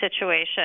situation